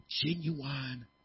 genuine